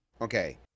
Okay